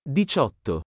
diciotto